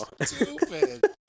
Stupid